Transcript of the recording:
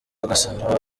agasura